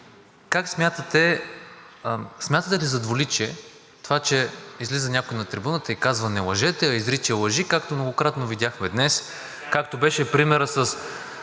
Вас: смятате ли за двуличие това, че излиза някой на трибуната и казва: „Не лъжете!“, а изрича лъжи, както многократно видяхме днес, както беше примерът с